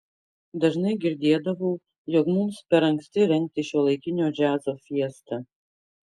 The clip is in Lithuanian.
dažnai girdėdavau jog mums per anksti rengti šiuolaikinio džiazo fiestą